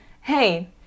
hey